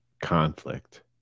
conflict